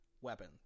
weapon